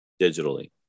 digitally